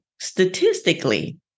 statistically